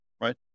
right